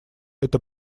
эта